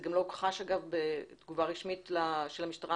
זה גם לא הוכחש בתגובה רשמית של המשטרה